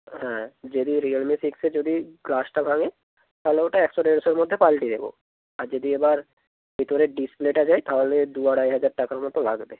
হ্যাঁ যদি রিয়েলমি সিক্সে যদি গ্লাসটা ভাঙে তাহলে ওটা একশো দেড়শোর মধ্যে পালটে দেবো আর যদি এবার ভেতরের ডিসপ্লেটা যায় তাহলে দু আড়াই হাজার টাকার মতো লাগবে